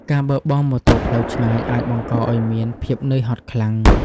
ការបើកបរម៉ូតូផ្លូវឆ្ងាយអាចបង្កឱ្យមាន ភាពនឿយហត់ខ្លាំង។